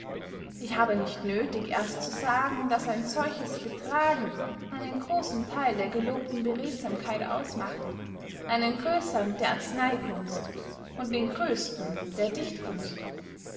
ich habe nicht nöthig erst zu sagen daß ein solches betragen einen grossen theil der gelobten beredsamkeit ausmacht einen grössern der arzeneykunst und den grösten der dichtkunst